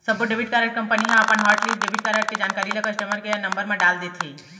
सब्बो debit card company ह अपन हॉटलिस्ट डेबिट कारड के जानकारी ल कस्टमर केयर नंबर म डाल देथे